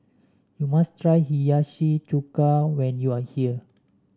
you must try Hiyashi Chuka when you are here